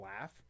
laugh